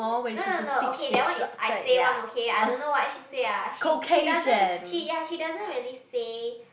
no no no okay that one is I say one okay I don't know what she say ah she she doesn't she ya she doesn't really say